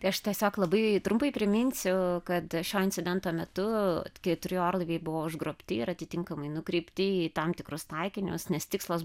tai aš tiesiog labai trumpai priminsiu kad šio incidento metu keturi orlaiviai buvo užgrobti ir atitinkamai nukreipti į tam tikrus taikinius nes tikslas